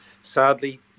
Sadly